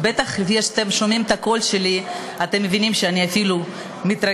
וכמו שאתם שומעים את הקול שלי אתם בטח מבינים שאני אפילו מתרגשת.